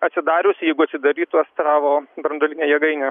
atsidarius jeigu atsidarytų astravo branduolinė jėgainė